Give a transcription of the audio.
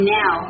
now